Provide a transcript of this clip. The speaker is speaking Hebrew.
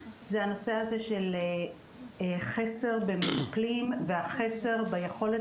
זה הנושא הזה של חסר במטפלים והחסר ביכולת